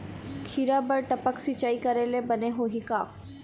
खिरा बर टपक सिचाई करे ले बने होही का?